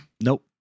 Nope